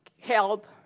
help